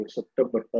September